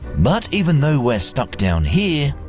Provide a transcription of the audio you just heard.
but even though we're stuck down here,